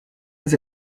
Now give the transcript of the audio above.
was